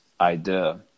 idea